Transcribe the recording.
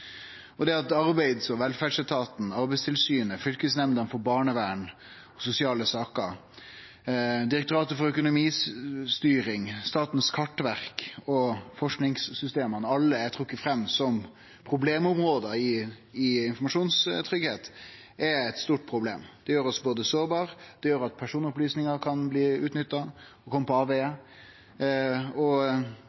har om befolkninga. At arbeids- og velferdsetaten, Arbeidstilsynet, Fylkesnemnda for barnevern og sosiale saker, Direktoratet for økonomistyring, Statens kartverk og forskingssystema alle er trekte fram som problemområde når det gjeld informasjonstryggleik, er eit stort problem. Det gjer oss sårbare, det gjer at personopplysningar kan bli utnytta og kome på avvegar,